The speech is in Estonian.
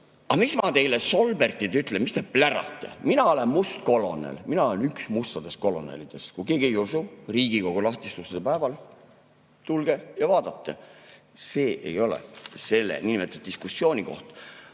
mis ma teile, solberdid, ütlen? Mis te plärate? Mina olen must kolonel, mina olen üks mustadest kolonelidest. Kui keegi ei usu, Riigikogu lahtiste uste päeval tulge ja vaadake. See ei ole selle niinimetatud diskussiooni koht.